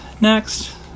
next